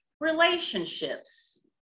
relationships